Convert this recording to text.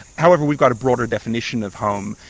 however, we've got a broader definition of home.